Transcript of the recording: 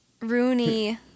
Rooney